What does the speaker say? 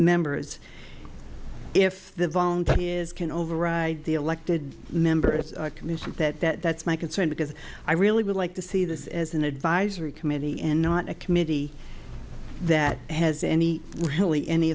members if the volunteers can override the elected member of the commission that that's my concern because i really would like to see this as an advisory committee and not a committee that has any really any